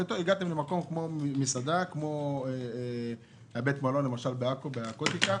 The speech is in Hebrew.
הגעתם למשל למסעדה או לבית מלון בעכו העתיקה.